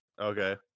Okay